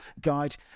guide